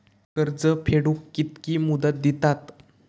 कर्ज फेडूक कित्की मुदत दितात?